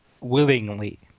willingly